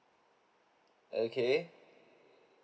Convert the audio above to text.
okay